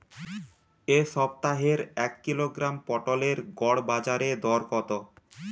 এ সপ্তাহের এক কিলোগ্রাম পটলের গড় বাজারে দর কত?